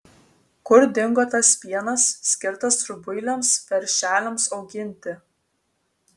kur dingo tas pienas skirtas rubuiliams veršeliams auginti